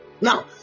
Now